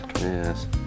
Yes